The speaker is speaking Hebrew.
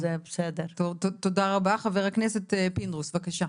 חבר הכנסת פינדרוס, בבקשה.